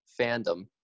fandom